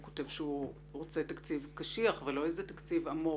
הוא כותב שהוא רוצה תקציב קשיח ולא איזה תקציב אמורפי.